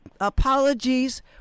apologies